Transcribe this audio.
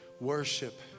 worship